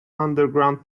underground